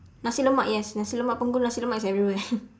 nasi lemak yes nasi lemak punggol nasi lemak is everywhere